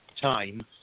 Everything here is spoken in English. time